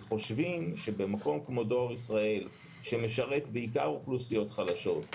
חושבים שבמקום כמו דואר ישראל שמשרת בעיקר אוכלוסיות חלשות,